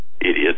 idiots